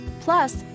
Plus